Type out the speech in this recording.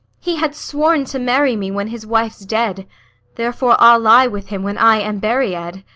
he had sworn to marry me when his wife's dead therefore i'll lie with him when i am buried.